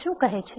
તે શું કહે છે